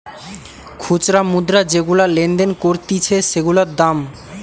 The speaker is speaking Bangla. খুচরা মুদ্রা যেগুলা লেনদেন করতিছে সেগুলার দাম